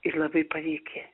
ir labai paveiki